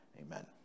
Amen